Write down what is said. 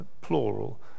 plural